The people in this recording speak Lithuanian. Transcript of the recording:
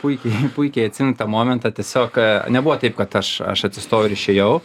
puikiai puikiai atsimenu tą momentą tiesiog nebuvo taip kad aš aš atsistojau ir išėjau